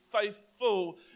faithful